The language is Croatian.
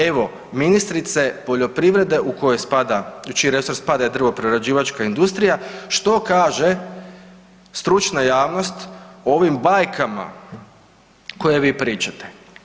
Evo ministrice poljoprivrede u čiji resor spada drvoprerađivačka industrija što kaže stručna javnost o ovim bajkama koje vi pričate.